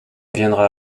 viendra